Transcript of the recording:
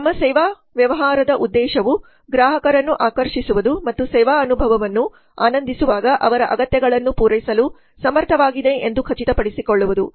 ನಮ್ಮ ಸೇವಾ ವ್ಯವಹಾರದ ಉದ್ದೇಶವು ಗ್ರಾಹಕರನ್ನು ಆಕರ್ಷಿಸುವುದು ಮತ್ತು ಸೇವಾ ಅನುಭವವನ್ನು ಆನಂದಿಸುವಾಗ ಅವರ ಅಗತ್ಯಗಳನ್ನು ಪೂರೈಸಲು ಸಮರ್ಥವಾಗಿದೆ ಎಂದು ಖಚಿತಪಡಿಸಿಕೊಳ್ಳುವುದು